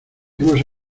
hemos